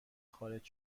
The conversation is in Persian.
خارج